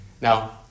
Now